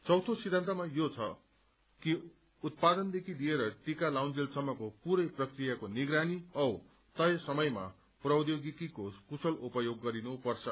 चौयो सिद्धान्त यो छ कि उत्पादनदेखि लिएर टीक्र लगाउन्जेलसम्मको पूरै प्रक्रियाको निगरानी औ तय समयमा प्रौबोगिकीको कुशल उपयोग गरिनुपर्छ